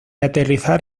aterrizar